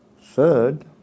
Third